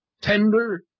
tender